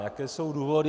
Jaké jsou důvody.